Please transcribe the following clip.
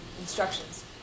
instructions